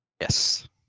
Yes